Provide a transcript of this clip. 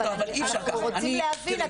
אבל אנחנו רוצים להבין,